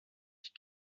ich